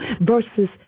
versus